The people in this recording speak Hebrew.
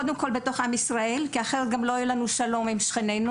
קודם כל בתוך עם ישראל כי אחרת לא יהיה לנו גם שלום עם שכנינו.